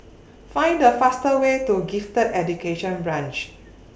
Find The fastest Way to Gifted Education Branch